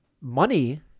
money